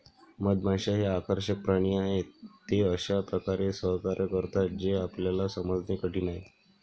मधमाश्या हे आकर्षक प्राणी आहेत, ते अशा प्रकारे सहकार्य करतात जे आपल्याला समजणे कठीण आहे